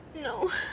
No